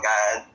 God